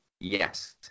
Yes